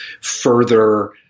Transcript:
further